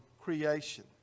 creation